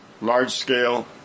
large-scale